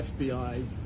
FBI